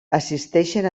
assisteixen